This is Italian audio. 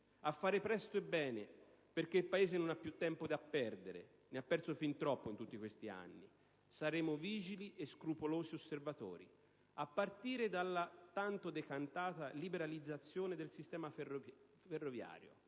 a fare presto e bene perché il Paese non ha più tempo da perdere, ne ha perso fin troppo in tutti questi anni. Saremo vigili e scrupolosi osservatori, a partire dalla liberalizzazione del sistema ferroviario: